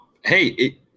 hey